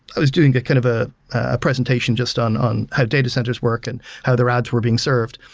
i was doing ah kind of a presentation just on on how data center's work and how their ads were being served.